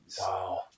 Wow